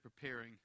preparing